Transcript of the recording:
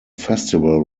festival